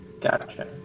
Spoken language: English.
Gotcha